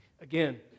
Again